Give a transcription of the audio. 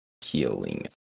healing